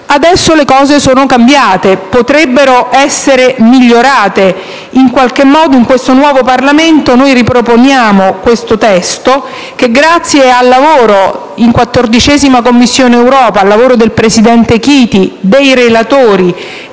Adesso le cose sono cambiate, anche se potrebbero essere migliorate. In qualche modo, in questo nuovo Parlamento, riproponiamo una norma che, grazie al lavoro svolto in 14a Commissione, grazie al lavoro del presidente Chiti, dei relatori